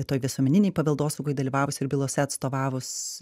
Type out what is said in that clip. toj visuomeninėj paveldosaugoj dalyvavusi ir bylose atstovavus